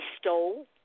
stole